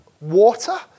Water